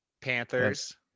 Panthers